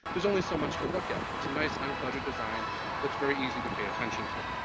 there's only so much to look at it's a nice uncluttered design that's very easy to pay attention to.